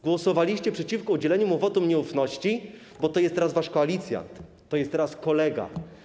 Głosowaliście przeciwko udzieleniu mu wotum nieufności, bo to jest teraz wasz koalicjant, to jest teraz kolega.